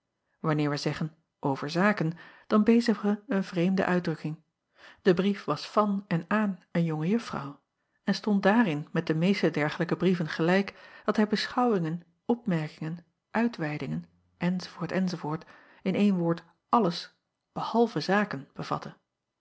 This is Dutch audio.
anneer wij zeggen over zaken dan bezigen wij een verkeerde uitdrukking e brief was van en aan een jonge uffrouw en stond daarin met de meeste dergelijke brieven gelijk dat hij beschouwingen opmerkingen uitweidingen enz enz in een woord alles behalve zaken bevatte